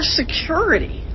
security